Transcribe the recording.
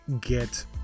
get